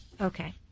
okay